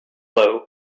flow